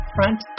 Front